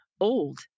old